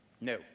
No